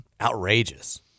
Outrageous